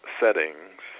settings